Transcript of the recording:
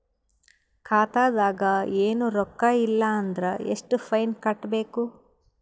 ಖಾತಾದಾಗ ಏನು ರೊಕ್ಕ ಇಲ್ಲ ಅಂದರ ಎಷ್ಟ ಫೈನ್ ಕಟ್ಟಬೇಕು?